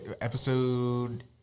Episode